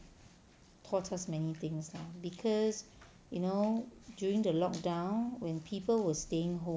taught us many things lah because you know during the lock down when people were staying home